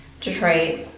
Detroit